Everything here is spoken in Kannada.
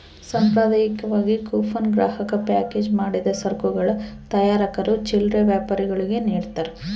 ಸಾಂಪ್ರದಾಯಿಕವಾಗಿ ಕೂಪನ್ ಗ್ರಾಹಕ ಪ್ಯಾಕೇಜ್ ಮಾಡಿದ ಸರಕುಗಳ ತಯಾರಕರು ಚಿಲ್ಲರೆ ವ್ಯಾಪಾರಿಗುಳ್ಗೆ ನಿಡ್ತಾರ